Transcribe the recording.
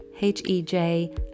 H-E-J